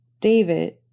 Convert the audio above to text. David